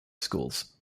schools